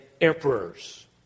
emperors